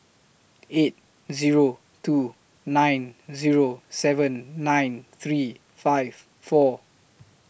eight Zero two nine Zero seven nine three five four